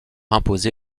imposé